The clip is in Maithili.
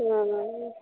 ह्म्म